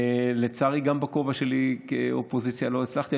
לצערי, גם בכובע שלי כאופוזיציה לא הצלחתי.